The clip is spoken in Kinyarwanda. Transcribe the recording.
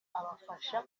abafasha